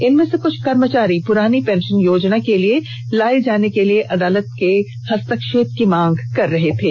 इनमें से कुछ कर्मचारी पुरानी पेंशन योजना के तहत लाये जाने के लिए अदालत के हस्तक्षेप की मांग कर रहे थे